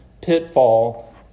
pitfall